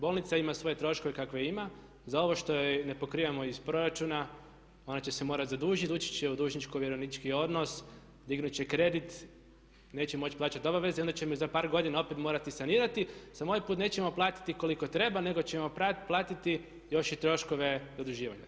Bolnica ima svoje troškove kakve ima, za ovo što joj ne pokrivamo iz proračuna ona će se morati zadužiti, uči će u dužničko vjerovnički odnos, dignuti će kredit, neće moći plaćati obaveze i onda ćemo ju za par godina opet morati sanirati samo ovaj put nećemo platiti koliko treba nego ćemo platiti još i troškove zaduživanja.